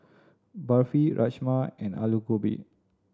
Barfi Rajma and Alu Gobi